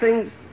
thing's